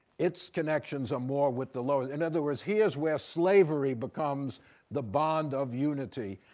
it's connections are more with the lower. in other words, here's where slavery becomes the bond of unity.